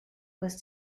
was